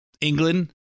England